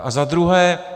A za druhé.